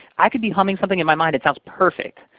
i could be humming something in my mind it sounds perfect.